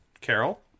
Carol